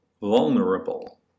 vulnerable